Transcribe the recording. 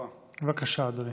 בבקשה.